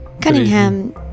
Cunningham